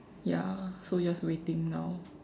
ya so he just waiting now